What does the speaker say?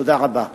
תודה רבה.